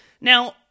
Now